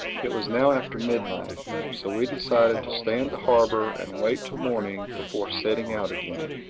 it was now after midnight so we decided to stay in the harbor and wait till morning before setting out again.